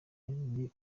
ndi